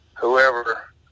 whoever